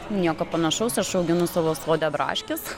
nieko panašaus aš auginu savo sode braškes